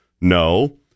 No